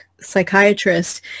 psychiatrist